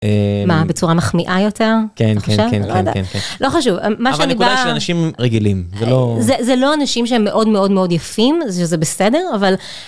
מה בצורה מחמיאה יותר, לא חשוב, אבל הנקודה של אנשים רגילים, זה לא אנשים שהם מאוד מאוד מאוד יפים שזה בסדר אבל